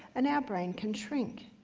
and our brain can shrink.